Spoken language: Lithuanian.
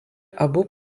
abu